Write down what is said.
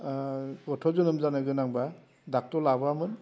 गथ' जोनोम जानो गोनांब्ला ड'क्टर लाबोआमोन